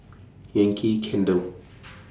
Yankee Candle